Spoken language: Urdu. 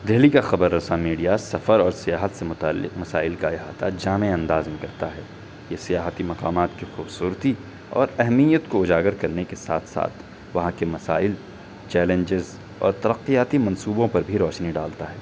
دہلی کا خبر رساں میڈیا سفر اور سیاحت سے متعلق مسائل کا احاطہ جامع انداز میں کرتا ہے یہ سیاحتی مقامات کی خوبصورتی اور اہمیت کو اجاگر کرنے کے ساتھ ساتھ وہاں کے مسائل چیلنجیز اور ترقیاتی منصوبوں پر بھی روشنی ڈالتا ہے